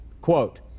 quote